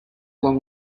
along